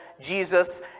Jesus